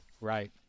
Right